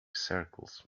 circles